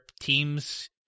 teams